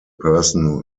person